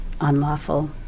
unlawful